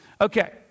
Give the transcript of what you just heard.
Okay